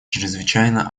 чрезвычайно